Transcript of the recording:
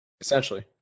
Essentially